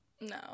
No